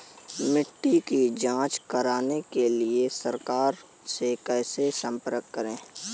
मिट्टी की जांच कराने के लिए सरकार से कैसे संपर्क करें?